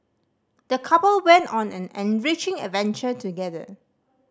the couple went on an enriching adventure together